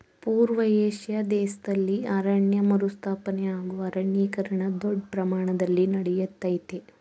ಪೂರ್ವ ಏಷ್ಯಾ ದೇಶ್ದಲ್ಲಿ ಅರಣ್ಯ ಮರುಸ್ಥಾಪನೆ ಹಾಗೂ ಅರಣ್ಯೀಕರಣ ದೊಡ್ ಪ್ರಮಾಣ್ದಲ್ಲಿ ನಡಿತಯ್ತೆ